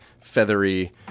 feathery